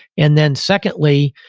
and then, secondly,